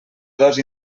dos